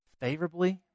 favorably